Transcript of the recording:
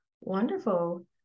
Wonderful